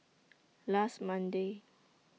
last Monday